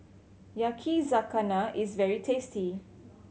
yakizakana is very tasty